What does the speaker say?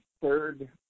third